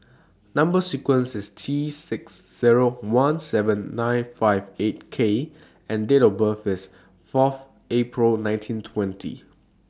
Number sequence IS T six Zero one seven nine five eight K and Date of birth IS Fourth April nineteen twenty